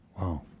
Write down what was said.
Wow